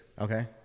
Okay